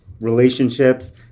relationships